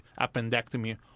appendectomy